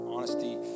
honesty